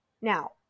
Now